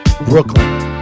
Brooklyn